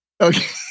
okay